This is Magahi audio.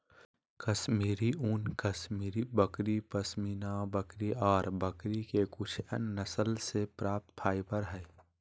कश्मीरी ऊन, कश्मीरी बकरी, पश्मीना बकरी ऑर बकरी के कुछ अन्य नस्ल से प्राप्त फाइबर हई